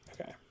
Okay